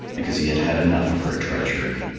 because he had had enough of her treachery.